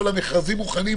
כל המכרזים מוכנים,